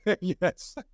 Yes